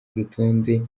urutonde